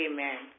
Amen